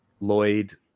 Lloyd